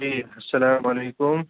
جی السلام علیکم